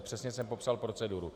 Přesně jsem popsal proceduru.